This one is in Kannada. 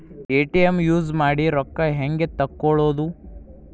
ಎ.ಟಿ.ಎಂ ಯೂಸ್ ಮಾಡಿ ರೊಕ್ಕ ಹೆಂಗೆ ತಕ್ಕೊಳೋದು?